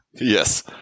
Yes